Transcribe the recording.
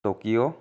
Tokyo